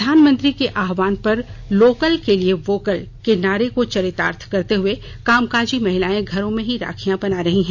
प्रधानमंत्री के आह्वान पर लोकल के लिए वोकल के नारे को चरितार्थ करते हुए कामकाजी महिलाएं घरों में ही राखियां बना रही है